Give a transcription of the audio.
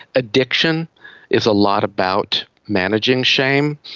addiction is a lot about managing shame,